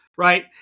right